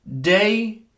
day